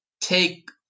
take